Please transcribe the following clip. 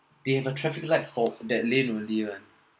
they have a traffic light for that lane only [one]